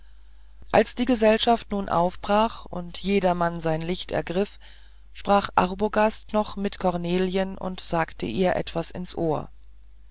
als die gesellschaft nun aufbrach und jedermann sein licht ergriff sprach arbogast noch mit cornelien und sagte ihr etwas ins ohr